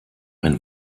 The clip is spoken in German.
ein